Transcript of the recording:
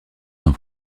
san